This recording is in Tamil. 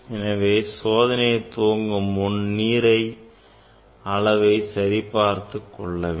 எனவே சோதனையை துவங்கும் முன் நீரின் அளவை சரிபார்த்து கொள்ள வேண்டும்